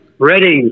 Ready